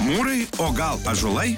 mūrai o gal ąžuolai